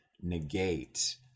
negate